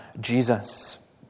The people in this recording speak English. Jesus